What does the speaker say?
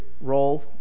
role